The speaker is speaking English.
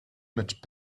much